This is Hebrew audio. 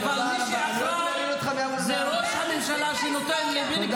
מי שהיום מנסה לחרחר מלחמת דת זה כמו אחד כמו בן גביר ועמית הלוי.